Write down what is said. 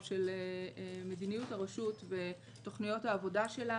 של מדיניות הרשות בתוכניות העבודה שלה.